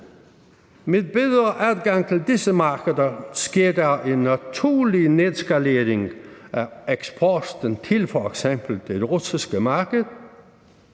Med bedre adgang til disse markeder sker der en naturlig nedskalering af eksporten til f.eks. det russiske marked.